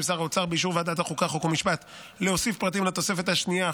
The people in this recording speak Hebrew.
פסל את הצו בעילה של חריגה מסמכות,